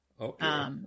Okay